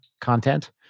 content